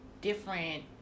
different